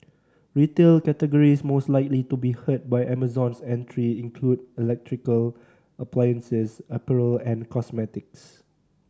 retail categories most likely to be hurt by Amazon's entry include electrical appliances apparel and cosmetics